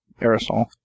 Aerosol